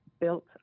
built